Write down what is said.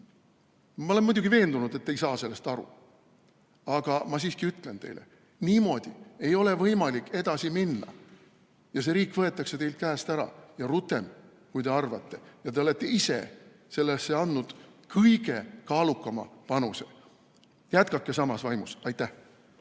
Ma olen muidugi veendunud, et te ei saa sellest aru. Aga ma siiski ütlen teile: niimoodi ei ole võimalik edasi minna. See riik võetakse teilt käest ära ja rutem, kui te arvate, ja te olete ise sellesse andnud kõige kaalukama panuse. Jätkake samas vaimus! Aitäh!